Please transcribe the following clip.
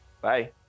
bye